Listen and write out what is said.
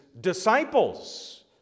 disciples